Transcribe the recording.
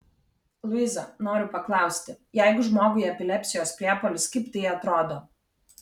luiza noriu paklausti jeigu žmogui epilepsijos priepuolis kaip tai atrodo